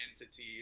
entity